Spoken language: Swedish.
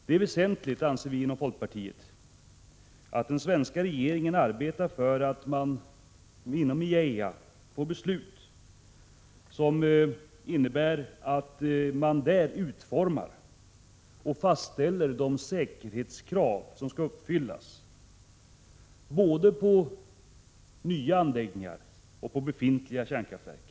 Det är väsentligt, anser vi inom folkpartiet, att den svenska regeringen arbetar för att man inom IAEA kommer fram till beslut som innebär att man där utformar och fastställer de säkerhetskrav som skall uppfyllas både i nya anläggningar och i befintliga kärnkraftverk.